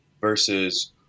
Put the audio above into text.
versus